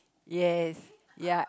yes ya